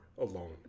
alone